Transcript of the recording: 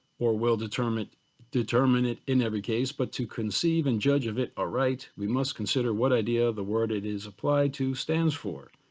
or will determine determine it in every case, but to conceive and judge of it alright, we must consider what idea of the word it is applied to stands for.